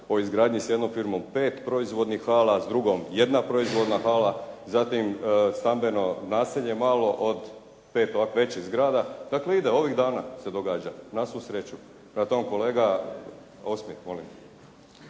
o izgradnji s jednom firmom 5 proizvodnih hala, s drugom jedna proizvodna hala, zatim stambeno naselje malo od 5 ovako većih zgrada. Dakle ide ovih dana se događa. Na svu sreću. Prema tome, kolega osmijeh molim.